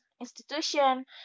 institution